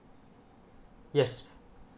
yes